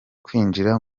kwinjira